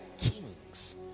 kings